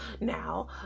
now